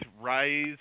Rise